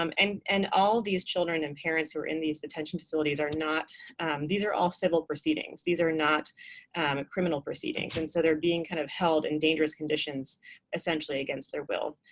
um and and all of these children and parents who are in these detention facilities are not these are all civil proceedings. these are not criminal proceedings. and so they're being kind of held in dangerous conditions essentially against their will.